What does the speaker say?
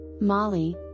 Molly